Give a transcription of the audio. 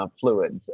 fluids